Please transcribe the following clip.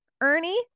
ernie